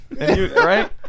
Right